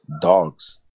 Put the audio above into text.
dogs